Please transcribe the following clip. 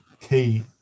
key